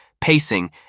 pacing